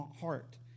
heart